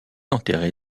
enterré